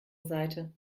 seite